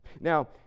Now